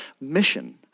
mission